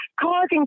causing